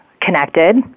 connected